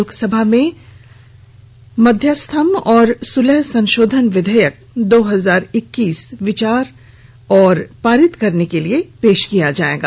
लोकसभा में माध्यस्थम और सुलह संशोधन विधेयक दो हजार इक्कीस विचार और पारित करने के लिए पेश किया जाएगा